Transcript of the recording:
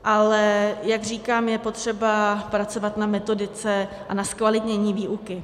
Ale jak říkám, je potřeba pracovat na metodice, na zkvalitnění výuky.